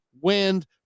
wind